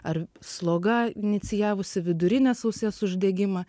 ar sloga inicijavusi vidurinės ausies uždegimą